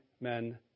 men